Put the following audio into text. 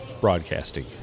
broadcasting